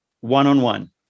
one-on-one